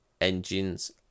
Engines